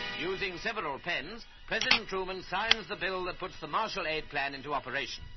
using several pens, president truman signs the bill that puts the marshall aid plan into operation.